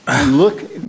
look